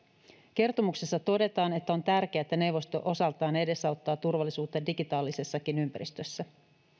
kertomuksessa todetaan että on tärkeää että neuvosto osaltaan edesauttaa turvallisuutta digitaalisessakin ympäristössä